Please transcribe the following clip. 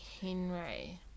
Henry